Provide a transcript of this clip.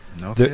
No